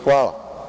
Hvala.